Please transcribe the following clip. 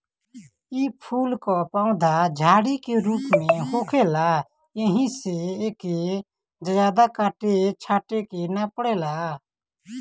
इ फूल कअ पौधा झाड़ी के रूप में होखेला एही से एके जादा काटे छाटे के नाइ पड़ेला